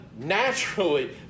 naturally